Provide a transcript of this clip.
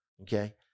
Okay